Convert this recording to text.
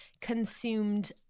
consumed